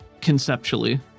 conceptually